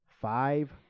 Five